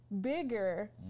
Bigger